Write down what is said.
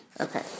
Okay